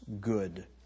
good